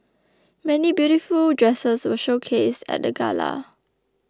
many beautiful dresses were showcased at the gala